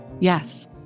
Yes